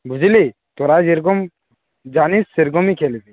বুঝলি তোরা যেরকম জানিস সেরকমই খেলবি